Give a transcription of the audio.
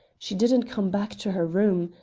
she didn't come back to her room.